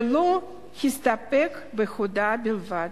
ולא הסתפק בהודאה בלבד.